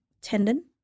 tendon